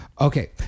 Okay